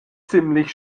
ziemlich